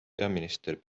peaminister